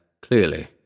clearly